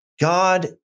God